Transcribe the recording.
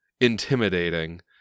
intimidating